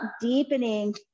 deepening